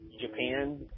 Japan